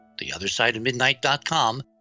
theothersideofmidnight.com